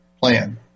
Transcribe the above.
plan